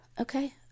Okay